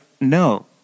no